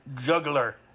Juggler